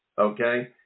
Okay